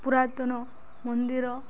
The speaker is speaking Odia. ପୁରାତନ ମନ୍ଦିର